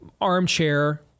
armchair